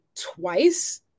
twice